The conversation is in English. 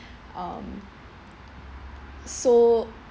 um so